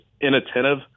inattentive